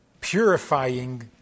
purifying